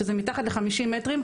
שזה מתחת ל-50 מטרים,